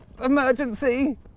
emergency